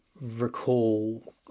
recall